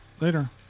Later